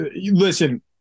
Listen